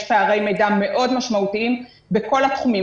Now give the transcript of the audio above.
יש פערי מידע מאוד משמעותיים בכל התחומים.